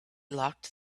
locked